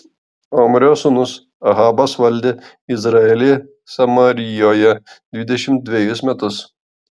omrio sūnus ahabas valdė izraelį samarijoje dvidešimt dvejus metus